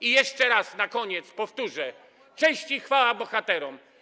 I jeszcze raz na koniec powtórzę: Cześć i chwała bohaterom!